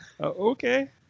Okay